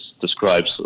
describes